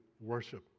worship